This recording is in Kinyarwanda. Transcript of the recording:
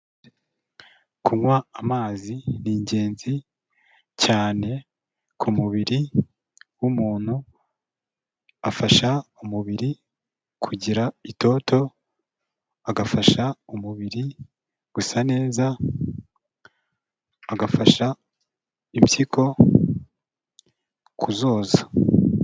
Kunywa amazi ni ingenzi cyane ku mubiri w'umuntu, afasha umubiri kugira itoto, agafasha umubiri gusa neza, agafasha impyiko kuzoza.